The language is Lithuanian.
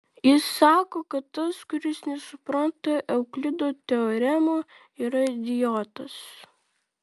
jis sako kad tas kuris nesupranta euklido teoremų yra idiotas